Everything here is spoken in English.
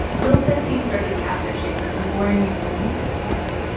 will says he started catfishing for the boring reasons you'd expect.